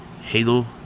Halo